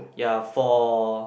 ya for